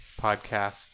podcast